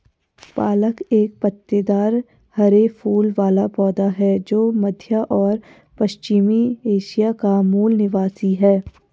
पालक एक पत्तेदार हरे फूल वाला पौधा है जो मध्य और पश्चिमी एशिया का मूल निवासी है